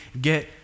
get